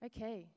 Okay